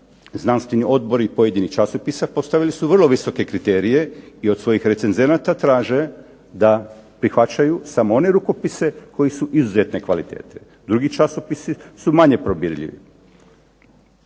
znanstveni odbori pojedinih časopisa postavili su vrlo visoke kriterije i od svojih recenzenata traže da prihvaćaju samo one rukopise koju su izuzetne kvalitete. Drugi časopisi su manje probirljivi.